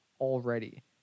already